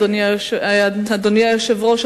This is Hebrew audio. אדוני היושב-ראש,